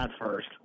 first